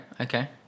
Okay